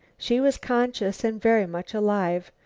she was conscious and very much alive.